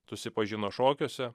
susipažino šokiuose